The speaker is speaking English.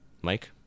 Mike